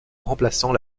remplaçant